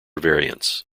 variants